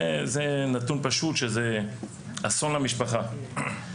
זה נתון פשוט, שזה אסון למשפחה.